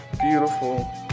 beautiful